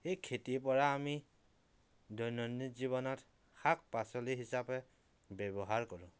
সেই খেতিৰ পৰা আমি দৈনন্দিন জীৱনত শাক পাচলি হিচাপে ব্যৱহাৰ কৰোঁ